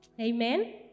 Amen